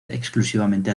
exclusivamente